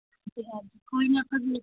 ਕੋਈ ਨਾ ਆਪਾਂ